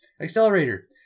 Accelerator